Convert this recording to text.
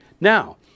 Now